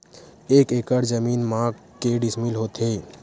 एक एकड़ जमीन मा के डिसमिल होथे?